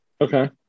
Okay